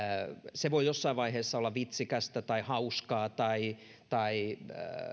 se voi jossain vaiheessa olla vitsikästä tai hauskaa tai tai